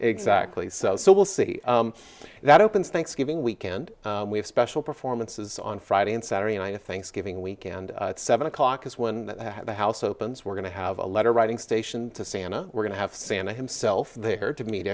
exactly so we'll see that opens thanksgiving weekend we have special performances on friday and saturday night thanksgiving weekend seven o'clock is when the house opens we're going to have a letter writing station to santa we're going to have santa himself there to meet